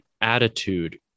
attitude